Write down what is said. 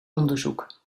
onderzoek